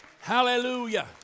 Hallelujah